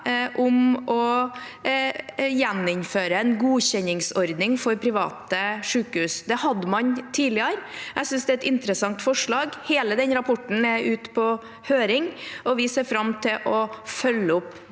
om å gjeninnføre en godkjenningsordning for private sykehus. Det hadde man tidligere. Jeg synes det er et interessant forslag. Hele den rapporten er ute på høring, og vi ser fram til å følge den